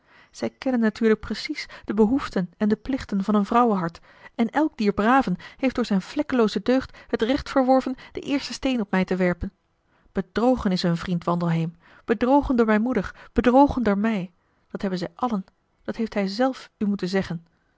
zij kennen natuurlijk precies de behoeften en de plichten van een vrouwenhart en elk dier braven heeft door zijn vlekkelooze deugd het recht verworven den eersten steen op mij te werpen bedrogen is hun vriend wandelheem bedrogen door mijn moeder bedrogen door mij dat hebben zij allen dat heeft hij zelf u moeten zeggen